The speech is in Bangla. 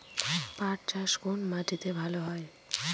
পাট চাষ কোন মাটিতে ভালো হয়?